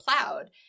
plowed